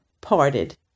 parted